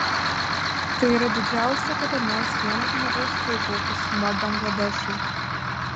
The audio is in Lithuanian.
tai yra didžiausia kada nors vieno žmogaus paaukota suma bangladešui